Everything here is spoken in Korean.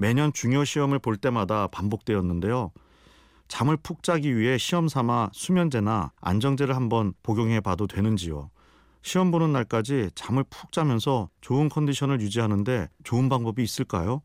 매년 중요 시험을 볼 때마다 반복되었는데요. 잠을 푹 자기 위해 시험삼아 수면제나 안정제를 한번 복용해봐도 되는지요? 시험 보는 날까지 잠을 푹 자면서 좋은 컨디션을 유지하는 데 좋은 방법이 있을까요?